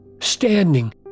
standing